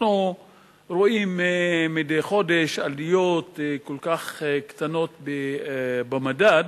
אנחנו רואים מדי חודש עליות כל כך קטנות במדד,